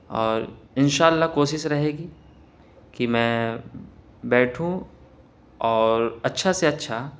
اور انشاء اللہ کوشش رہے گی کہ میں بیٹھوں اور اچھا سے اچھا